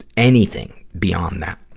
anything beyond that.